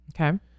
Okay